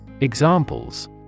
Examples